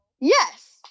yes